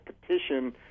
petition